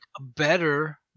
better